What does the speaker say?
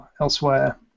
elsewhere